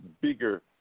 bigger